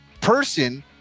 person